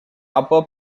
upper